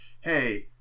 hey